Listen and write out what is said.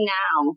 now